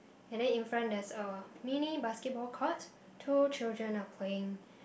and then in front there's a mini basketball court two children are playing